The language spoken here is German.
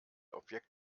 objekt